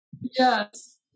Yes